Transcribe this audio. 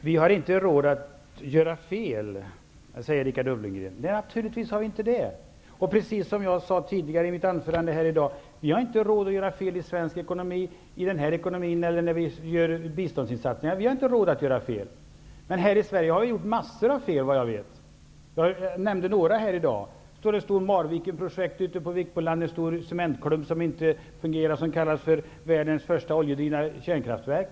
Herr talman! Vi har inte råd att göra fel, säger Richard Ulfvengren. Naturligtvis har vi inte det. Precis som jag sade i mitt tidigare anförande i dag har vi inte råd att göra fel i svensk ekonomi över huvud taget eller i biståndsinsatserna. Här i Sverige har vi gjort mängder av fel såvitt jag vet. Jag nämnde några här i dag. Det står en stor cementklump ute på Vikbolandet som inte fungerar och som kallas för världens första oljedrivna kärnkraftverk.